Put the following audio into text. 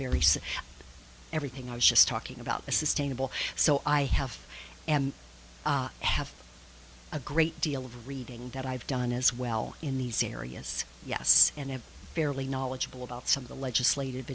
set everything i was just talking about the sustainable so i have and have a great deal of reading that i've done as well in these areas yes and have fairly knowledgeable about some of the legislative